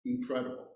incredible